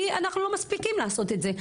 כי אנחנו לא מספיקים לעשות את זה,